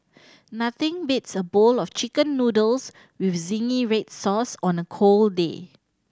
nothing beats a bowl of Chicken Noodles with zingy red sauce on a cold day